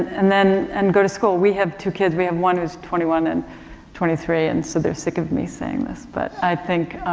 and then and go to school. we have two kids we have one who's twenty one and twenty three and so they're sick of me saying this but i think,